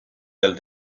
del